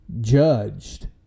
judged